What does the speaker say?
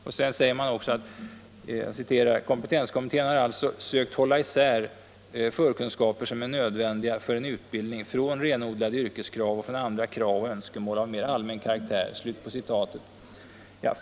Vidare säger den: Kompetenskommittén har alltså sökt hålla isär förkunskaper som är nödvändiga för en utbildning från renodlade yrkeskrav och från andra krav och önskemål av mer allmän karaktär.